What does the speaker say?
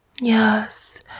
yes